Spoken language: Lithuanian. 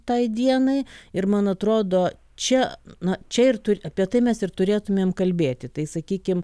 tai dienai ir man atrodo čia na čia ir turi apie tai mes ir turėtumėm kalbėti tai sakykim